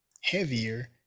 heavier